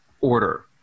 order